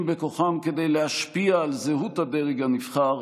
בכוחם כדי להשפיע על זהות הדרג הנבחר